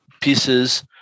pieces